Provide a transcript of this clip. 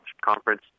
Conference